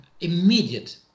immediate